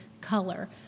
color